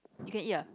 you can eat ah